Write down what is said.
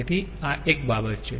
તેથી આ એક બાબત છે